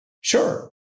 Sure